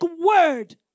word